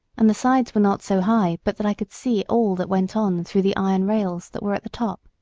and the sides were not so high but that i could see all that went on through the iron rails that were at the top.